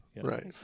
Right